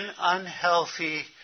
unhealthy